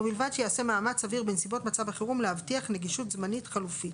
ובלבד שייעשה מאמץ סביר בנסיבות מצב החירום להבטיח נגישות זמנית חלופית.